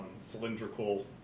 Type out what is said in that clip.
cylindrical